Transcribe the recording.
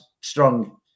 strong